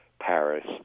Paris